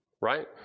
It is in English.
right